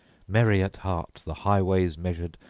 merry at heart the highways measured,